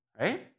Right